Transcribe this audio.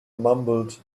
mumbled